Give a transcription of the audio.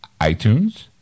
iTunes